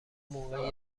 موقع